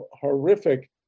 horrific